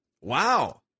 Wow